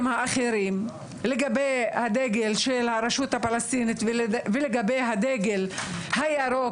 לגבי הדגל של הרשות הפלסטינית ולגבי הדגל הירוק